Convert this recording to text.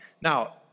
Now